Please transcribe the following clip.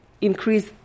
increase